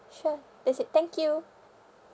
sure that's it thank you